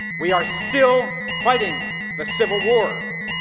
we are still fighting the civil war.